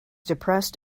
depressed